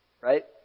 Right